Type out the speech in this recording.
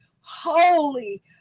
holy